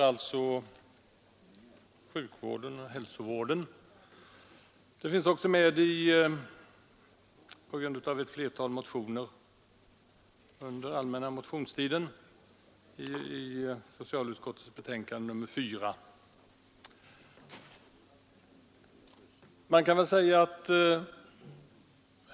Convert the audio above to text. Det har också under allmänna motionstiden väckts flera motioner i denna fråga, vilka behandlas i socialutskottets betänkande nr 4.